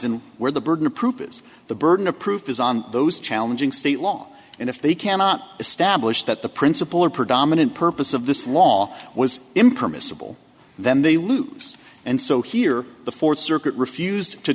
in where the burden of proof is the burden of proof is on those challenging state law and if they cannot establish that the principle or predominant purpose of this law was impermissible then they lose and so here the fourth circuit refused to